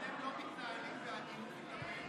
לצערי אתם לא מתנהלים בהגינות כלפינו.